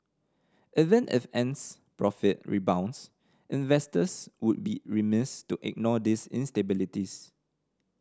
even if Ant's profit rebounds investors would be remiss to ignore these instabilities